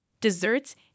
desserts